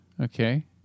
Okay